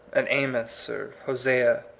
an amos or hosea,